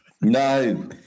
No